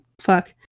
fuck